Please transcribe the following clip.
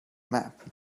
map